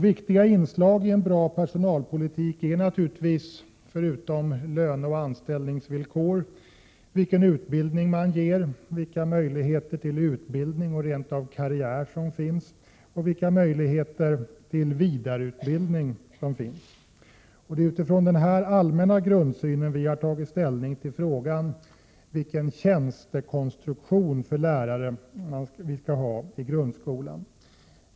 Viktiga inslag i en bra personalpolitik är naturligtvis, förutom löneoch anställningsvillkor, vilken utbildning som ges, vilka möjligheter till utbildning och rent av karriär som finns och vilka möjligheter till vidareutbildning som finns. Det är från denna allmänna grundsyn som vi har tagit ställning till frågan om vilken tjänstekonstruktion för lärare som man skall ha i grundskolan.